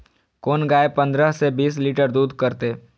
कोन गाय पंद्रह से बीस लीटर दूध करते?